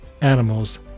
animals